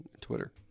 Twitter